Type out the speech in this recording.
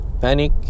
Panic